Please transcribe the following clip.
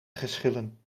geschillen